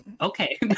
Okay